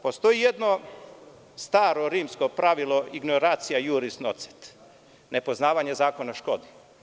Postoji jedno staro rimsko pravilo ignorancia iuris nocet – nepoznavanje zakona škodi.